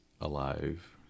alive